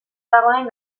dagoen